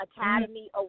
Academy